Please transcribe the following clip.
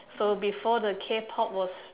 so before the Kpop was